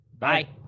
Bye